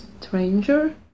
stranger